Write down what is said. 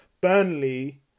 Burnley